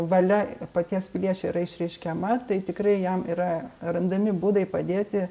valia paties piliečio yra išreiškiama tai tikrai jam yra randami būdai padėti